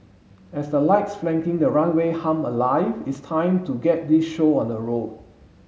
as the lights flanking the runway hum alive it's time to get this show on the road